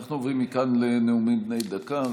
אנחנו עוברים מכאן לנאומים בני דקה.